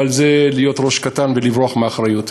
אבל זה להיות ראש קטן ולברוח מאחריות.